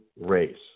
race